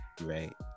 Right